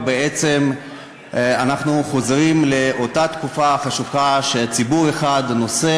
בעצם אנחנו חוזרים לאותה תקופה חשוכה שציבור אחד נושא